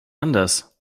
anders